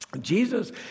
Jesus